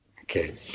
okay